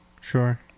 Sure